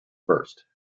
first